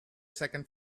second